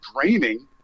draining